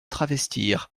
travestir